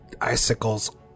icicles